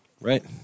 right